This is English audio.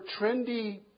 trendy